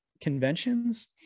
conventions